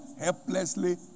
helplessly